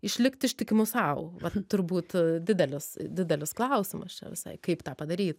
išlikt ištikimu sau vat turbūt didelis didelis klausimas čia visai kaip tą padaryt